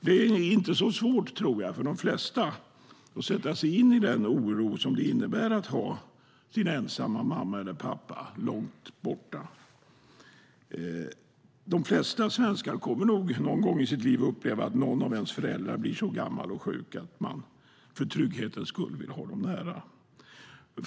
Det är inte så svårt, tror jag, för de flesta att sätta sig in i den oro som det innebär att ha sin ensamma mamma eller pappa långt borta. De flesta svenskar kommer nog någon gång i sitt liv att uppleva att någon av ens föräldrar blir så gammal och sjuk att man för trygghetens skull vill ha föräldern nära.